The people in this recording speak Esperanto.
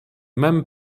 mem